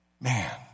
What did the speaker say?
Man